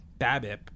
BABIP